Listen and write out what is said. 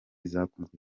zakunzwe